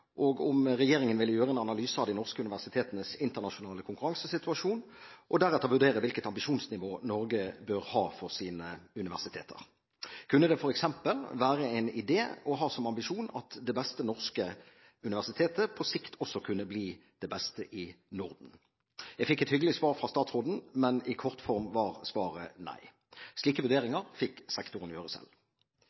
og om regjeringen ville gjøre en analyse av de norske universitetenes internasjonale konkurransesituasjon, og deretter vurdere hvilket ambisjonsnivå Norge bør ha for sine universiteter. Kunne det f. eks. være en idé å ha som ambisjon at det beste norske universitetet på sikt også kunne bli det beste i Norden? Jeg fikk et hyggelig svar fra statsråden, men i kortform var svaret nei. Slike vurderinger fikk sektoren gjøre selv.